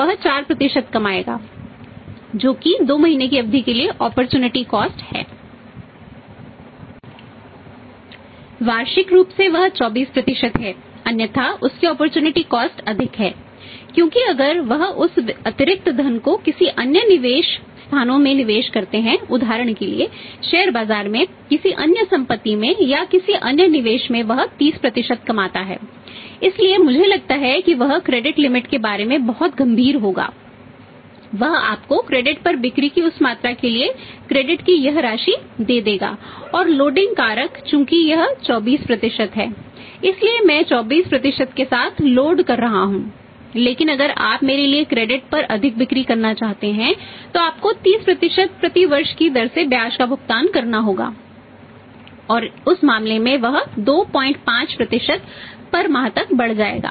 वार्षिक रूप से वह 24 है अन्यथा उसकी अपॉर्चुनिटी कॉस्ट पर अधिक बिक्री करना चाहते हैं तो आपको 30 प्रति वर्ष की दर से ब्याज का भुगतान करना होगा और उस मामले में वह 25 प्रति माह तक बढ़ जाएगा